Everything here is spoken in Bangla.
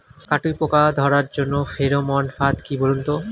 কাটুই পোকা ধরার জন্য ফেরোমন ফাদ কি বলুন তো?